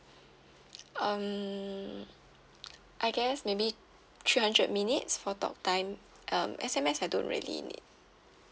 um I guess maybe three hundred minutes for talk time um S_M_S I don't really need